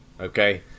okay